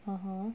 (uh huh)